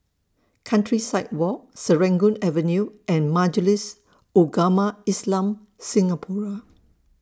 Countryside Walk Serangoon Avenue and Majlis Ugama Islam Singapura